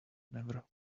never